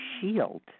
Shield